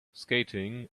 skating